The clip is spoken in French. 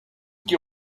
qui